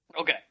Okay